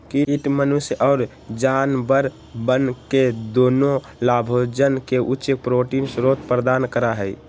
कीट मनुष्य और जानवरवन के दुन्नो लाभोजन के उच्च प्रोटीन स्रोत प्रदान करा हई